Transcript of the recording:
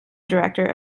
director